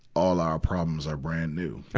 all our problems are brand new.